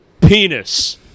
Penis